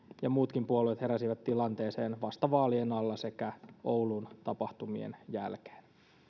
ja muutkin puolueet heräsivät tilanteeseen vasta vaalien alla sekä oulun tapahtumien jälkeen